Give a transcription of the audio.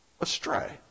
astray